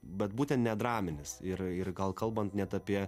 bet būten nedraminis ir ir gal kalbant apie